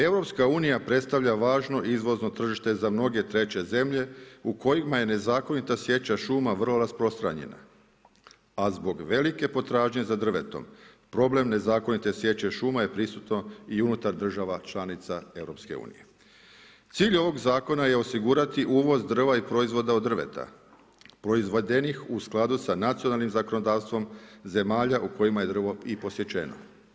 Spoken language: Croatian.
Europska unija predstavlja važno izvozno tržište za mnoge treće zemlje u kojima je nezakonita sjeća šuma vrlo rasprostranjena a zbog velike potražnje za drvetom problem nezakonite siječe šuma je prisutno u unutar država članica EU Cilj ovog zakona je osigurati uvoz drva i proizvoda od drveta, proizvedenih u skladu sa nacionalnim zakonodavstvom zemalja u kojima je drvo i posjećeno.